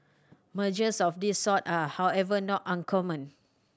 mergers of this sort are however not uncommon